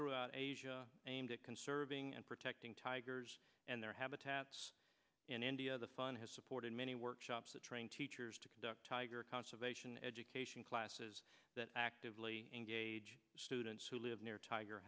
through asia aimed at conserving and protecting tigers and their habitats in india the fund has supported many workshops to train teachers to conduct tiger conservation education classes that actively engage students who live near tiger